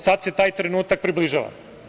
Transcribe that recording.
Sad se taj trenutak približava"